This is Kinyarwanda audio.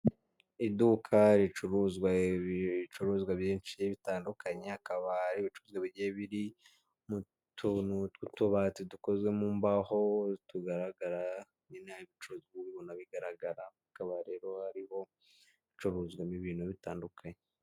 Iduka ricuruzwa ibicuruzwa byinshi bitandukanye, hakaba hari ibicuruzwa bigiye biri mu tuntu tw'utubati dukozwe mu mbaho tugaragara, nyine harimo ibicuruzwa uba ubibona bigaragara, hakaba rero hariho hacuruzwamo ibintu bitandukanye.